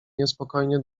niespokojnie